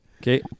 Okay